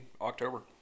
October